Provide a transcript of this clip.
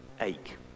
ache